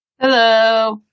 Hello